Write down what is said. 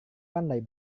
pandai